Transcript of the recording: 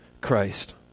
Christ